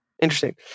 interesting